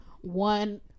one